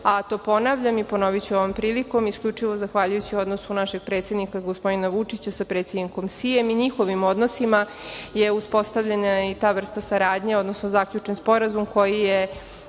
a to ponavljam i ponoviću ovom prilikom isključivo zahvaljujući odnosu našeg predsednika gospodina Vučića sa predsednikom Sijem i njihovim odnosima je uspostavljena i ta vrsta saradnje, odnosno zaključen sporazum koji našoj